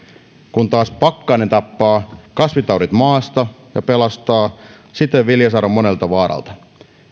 kun taas pakkanen tappaa kasvitaudit maasta ja pelastaa siten viljasadon monelta vaaralta